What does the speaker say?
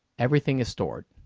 everything is stored.